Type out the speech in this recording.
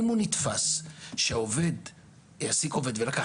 אם הוא נתפס שהוא העסיק עובד ואחר כך